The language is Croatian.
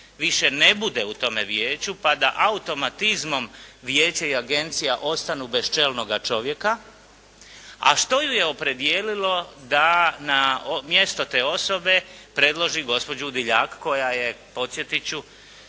više ne bude u tome vijeću pa da automatizmom vijeće i agencija ostanu bez čelnoga čovjeka, a što ju je opredijelilo da na mjesto te osobe predloži gospođu Udiljak koja je podsjetit